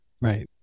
Right